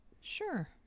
Sure